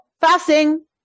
fasting